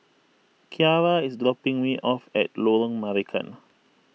Kiarra is dropping me off at Lorong Marican